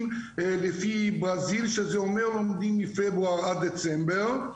לפי ברזיל שזה אומר מפברואר עד דצמבר.